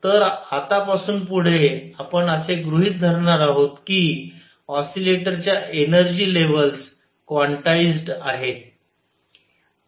तर आतापासून पुढे आपण असे गृहित धरणार आहोत की ऑसीलेटरच्या एनर्जी लेव्हल्स क्वांटाइज्ड आहेत